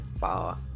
power